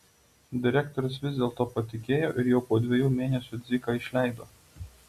direktorius vis dėl to patikėjo ir jau po dviejų mėnesių dziką išleido